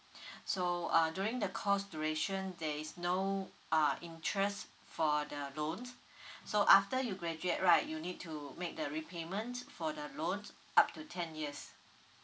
so uh during the course duration there is no uh interest for the loans so after you graduate right you need to make the repayment for the loans up to ten years